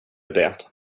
det